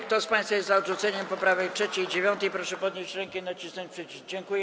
Kto z państwa jest za odrzuceniem poprawek 3. i 9., proszę podnieść rękę i nacisnąć przycisk.